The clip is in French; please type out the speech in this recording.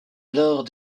alors